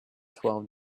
twelve